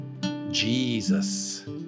Jesus